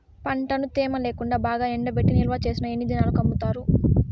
పంటను తేమ లేకుండా బాగా ఎండబెట్టి నిల్వచేసిన ఎన్ని దినాలకు అమ్ముతారు?